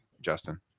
Justin